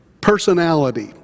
personality